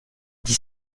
dix